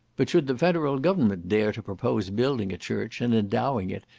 but should the federal government dare to propose building a church, and endowing it,